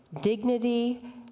dignity